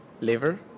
liver